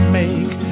make